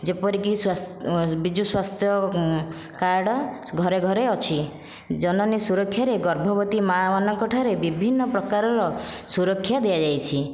ଯେପରିକି ବିଜୁ ସ୍ୱାସ୍ଥ୍ୟ କାର୍ଡ଼ ଘରେ ଘରେ ଅଛି ଜନନୀ ସୁରକ୍ଷାରେ ଗର୍ଭବତୀ ମା'ମାନଙ୍କ ଠାରେ ବିଭିନ୍ନ ପ୍ରକାରର ସୁରକ୍ଷା ଦିଆଯାଇଛି